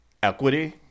equity